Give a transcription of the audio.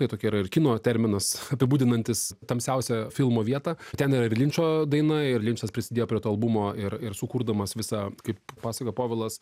tai tokia yra ir kino terminas apibūdinantis tamsiausią filmo vietą ten yra ir linčo daina ir linčas prisidėjo prie to albumo ir ir sukurdamas visą kaip pasakojo povilas